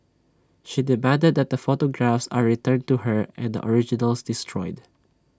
she demanded that the photographs are returned to her and the originals destroyed